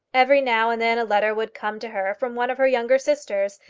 every now and then a letter would come to her from one of her younger sisters,